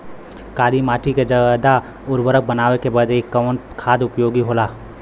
काली माटी के ज्यादा उर्वरक बनावे के बदे कवन खाद उपयोगी होला?